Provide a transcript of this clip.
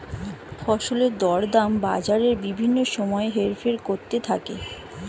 ফসলের দরদাম বাজারে বিভিন্ন সময় হেরফের করতে থাকে